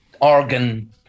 organ